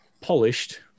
polished